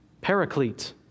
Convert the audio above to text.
paraclete